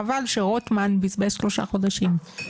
חבל שרוטמן בזבז שלושה חודשים.